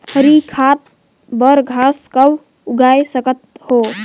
हरी खाद बर घास कब उगाय सकत हो?